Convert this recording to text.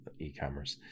e-commerce